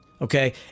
Okay